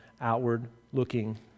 outward-looking